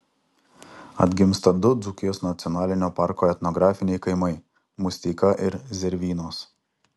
atgimsta du dzūkijos nacionalinio parko etnografiniai kaimai musteika ir zervynos